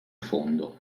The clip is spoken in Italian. fondo